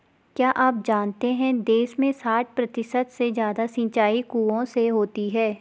क्या आप जानते है देश में साठ प्रतिशत से ज़्यादा सिंचाई कुओं से होती है?